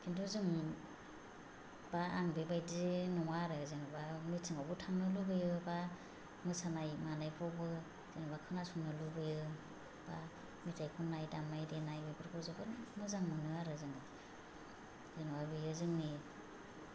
खिन्थु जों बा आं बेबायदि नङा आरो जेनेबा मिटिंआवबो थांनो लुबैयो बा मोसानाय मानायफोरावबो जेनेबा खोनासंनो लुबैयो बा मेथाय खननाय दामनाय देनाय बेफोरखौ जोबोद मोजां मोनो आरो जोङो जेनेबा बेयो जोंनि